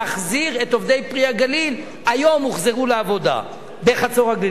להחזיר את עובדי "פרי הגליל"; היום הוחזרו לעבודה בחצור-הגלילית.